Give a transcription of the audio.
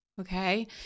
Okay